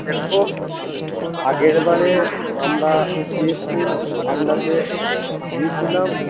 দেখো আগের বারে আমরা যে ফুল আপনাকে দিয়েছিলাম